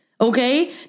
Okay